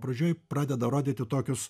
pradžioj pradeda rodyti tokius